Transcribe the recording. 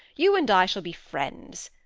you and i shall be friends.